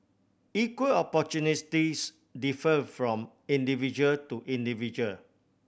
equal opportunities differ from individual to individual